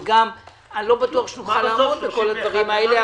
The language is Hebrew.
וגם אני לא בטוח שנוכל לעמוד בכל הדברים האלה,